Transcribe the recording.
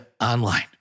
online